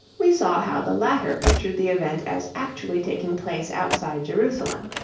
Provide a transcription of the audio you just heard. we saw how the latter pictured the event as actually taking place outside jerusalem.